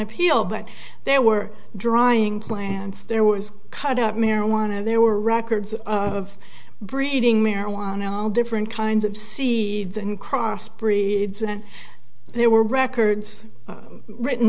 appeal but there were drying plants there was cut out marijuana there were records of breeding marijuana all different kinds of sea and cross breeds and there were records written